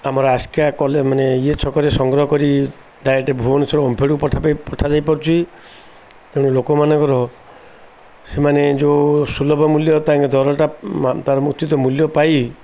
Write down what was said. ଆମର ଆସ୍କା କଲେ ମାନେ ଇଏ ଛକରେ ସଂଗ୍ରହ କରି ଡାଇରେକ୍ଟ ଭୁବନେଶ୍ୱର ଓମଫେଡ଼ ପଠାଯାଇପାରୁଛି ତେଣୁ ଲୋକମାନଙ୍କର ସେମାନେ ଯେଉଁ ସୁଲଭ ମୂଲ୍ୟ ତାଙ୍କ ଦରଟା ତା'ର ମୂଲ୍ୟ ପାଇ